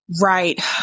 Right